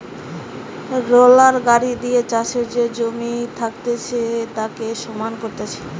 roller গাড়ি দিয়ে চাষের যে জমি থাকতিছে তাকে সমান করতিছে